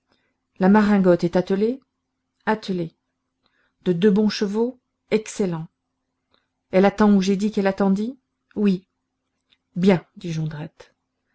la maringotte est attelée attelée de deux bons chevaux excellents elle attend où j'ai dit qu'elle attendît oui bien dit